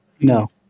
no